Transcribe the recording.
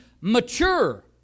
mature